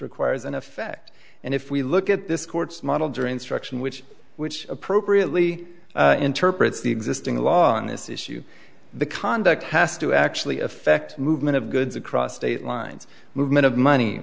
requires an effect and if we look at this court's model during structuring which which appropriately interprets the existing law on this issue the conduct has to actually affect movement of goods across state lines movement of money